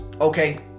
Okay